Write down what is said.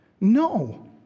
No